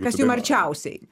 kas jum arčiausiai